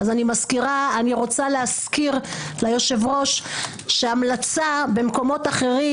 אני רוצה להזכיר ליושב-ראש שהמלצה במקומות אחרים,